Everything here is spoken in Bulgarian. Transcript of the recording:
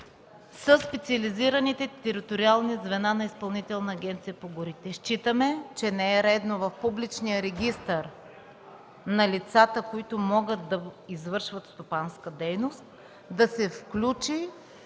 са специализираните териториални звена на Изпълнителната агенция по горите. Считаме, че не е редно в публичния регистър на лицата, които могат да извършват стопанска дейност, да се включи